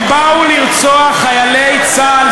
הם באו לרצוח חיילי צה"ל.